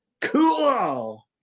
cool